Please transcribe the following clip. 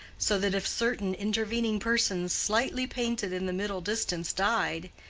so that if certain intervening persons slightly painted in the middle distance died,